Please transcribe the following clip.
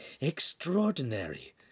Extraordinary